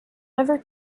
ever